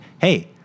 hey